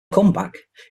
comeback